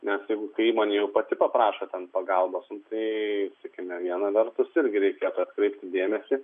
nes jeigu ta įmonė jau pati paprašo pagalbos nu tai sakykime viena vertus irgi reikėtų atkreipti dėmesį